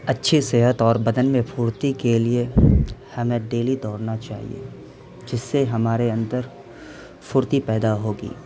اچھی صحت اور بدن میں پھرتی کے لیے ہمیں ڈیلی دوڑنا چاہیے جس سے ہمارے اندر پھرتی پیدا ہوگی